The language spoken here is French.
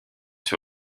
sur